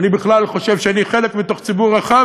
ואני בכלל חושב שאני חלק מציבור רחב